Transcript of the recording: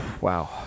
wow